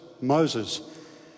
Moses